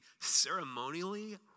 ceremonially